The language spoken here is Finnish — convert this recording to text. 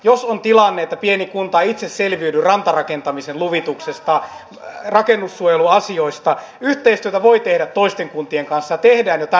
jos on tilanne että pieni kunta ei itse selviydy rantarakentamisen luvituksesta ja rakennussuojeluasioista yhteistyötä voi tehdä toisten kuntien kanssa ja tehdään jo tällä hetkellä